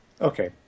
Okay